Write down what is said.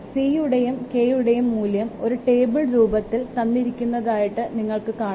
cയുടെയും kയുടെയും മൂല്യം ഒരു ടേബിൾ രൂപത്തിൽ തന്നിരിക്കുന്നതായിട്ട് നിങ്ങൾക്ക് കാണാം